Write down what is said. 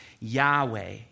Yahweh